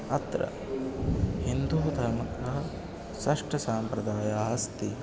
अत्र हिन्दुधर्मकः षष्टसम्प्रदायाः अस्ति